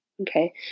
Okay